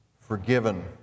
forgiven